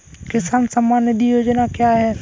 किसान सम्मान निधि योजना क्या है?